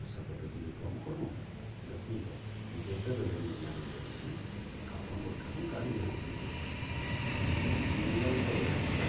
ପଇସା ପତର୍ ଟିକେ କମ୍ କରୁନ୍ ଦେଖୁନ୍ ତ ଯେତେବେଲେ ମୁଇଁ ଯେନ୍ ଆଡ଼େ ଯାଏସିଁ ଆପଣ୍କର୍ଠାରୁ ଗାଡ଼ି ଧରିକିରି ଯାଏସିଁ ମୁଇଁ ତ ଆପଣଙ୍କର ନିୟମିତ ଗ୍ରାହାକ ଆଏ